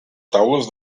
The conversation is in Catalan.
taules